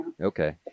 okay